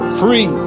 free